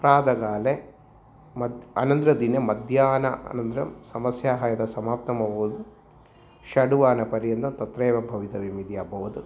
प्रातःकाले मत् अनन्तरदिने मध्याह्नानन्तरं समस्याः यद् समाप्तम् अभवत् षड्वादनपर्यन्तं तत्रैव भवितव्यम् इति अभवत्